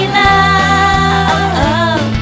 love